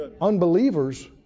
Unbelievers